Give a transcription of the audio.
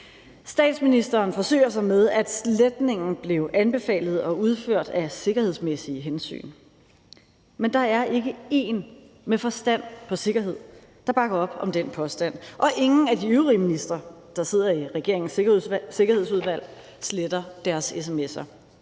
Statsministeren forsøger sig med at sige, at sletningen blev anbefalet og udført af sikkerhedsmæssige hensyn, men der er ikke én med forstand på sikkerhed, der bakker op om den påstand, og ingen af de øvrige ministre, der sidder i regeringens sikkerhedsudvalg, sletter deres sms'er.